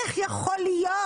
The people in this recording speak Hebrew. איך יכול להיות